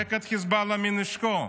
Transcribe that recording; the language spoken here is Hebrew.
לפרק את חיזבאללה מנשקו.